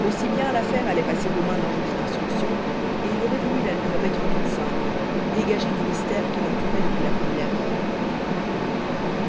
aussi bien l'affaire allait passer aux mains d'un juge d'instruction et il aurait voulu la lui remettre toute simple dégagée du mystère qui l'entourait depuis la première heure